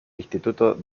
instituto